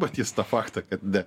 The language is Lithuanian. matys tą faktą kad ne